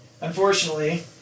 unfortunately